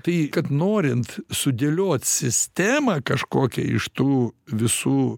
tai kad norint sudėliot sistemą kažkokią iš tų visų